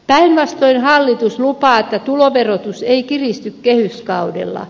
päinvastoin hallitus lupaa että tuloverotus ei kiristy kehyskaudella